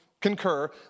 concur